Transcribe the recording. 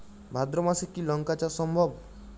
ভাদ্র মাসে কি লঙ্কা চাষ সম্ভব?